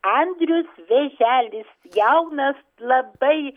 andrius vėželis jaunas labai